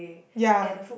ya